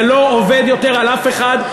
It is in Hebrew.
זה לא עובד יותר על אף אחד.